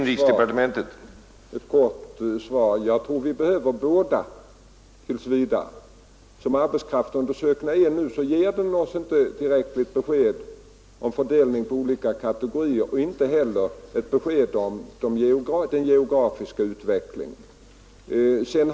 Herr talman! Ett kort svar! Jag tror att vi behöver båda statistikserierna tills vidare. Som arbetskraftsundersökningarna är upplagda nu ger de oss inte ett direkt besked om fördelningen på olika kategorier och inte heller ett besked om den geografiska utvecklingen.